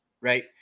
Right